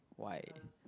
why